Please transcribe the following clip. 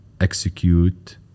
execute